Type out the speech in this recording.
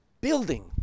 building